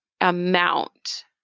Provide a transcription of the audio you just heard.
amount